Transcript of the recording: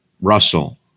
Russell